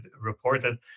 reported